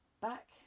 back